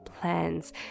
plans